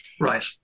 Right